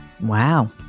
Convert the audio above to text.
Wow